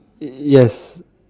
yes